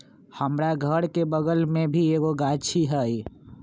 हमरा घर के बगल मे भी एगो गाछी हई